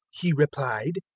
he replied,